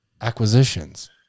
acquisitions